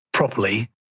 properly